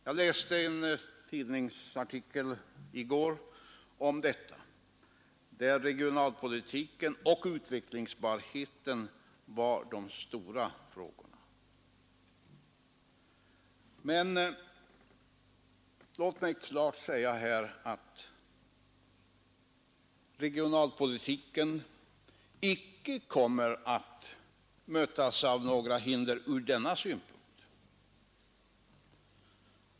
Jag läste i går en tidningsartikel där regionalpolitiken och utvecklingsbarheten var de stora frågorna. Men låt mig klart säga här att regionalpolitiken icke kommer att mötas av några hinder ur denna synpunkt.